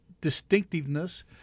distinctiveness